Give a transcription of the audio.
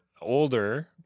older